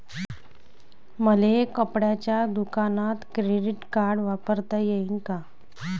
मले कपड्याच्या दुकानात क्रेडिट कार्ड वापरता येईन का?